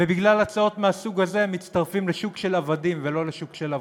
ובגלל הצעות מהסוג הזה מצטרפים לשוק של עבדים ולא לשוק של עבודה.